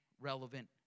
relevant